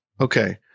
Okay